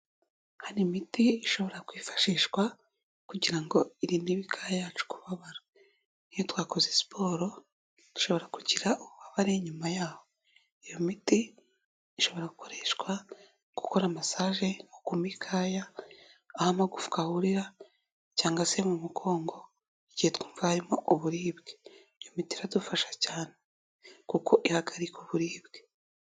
Hari imiti ishobora kwifashishwa kugira ngo irinde imikaya yacu kubabara, iyo twakoze siporo dushobora kugira ububabare nyuma yaho. Iyo miti ishobora gukoreshwa gukora massage ku mikaya, aho amagufwa ahurira cyangwa se mu mugongo. Igihe twumva harimo uburibwe, iyo miti iradufasha cyane kuko ihagarika uburibwe.